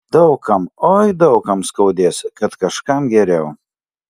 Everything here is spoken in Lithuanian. daug kam oi daug kam skaudės kad kažkam geriau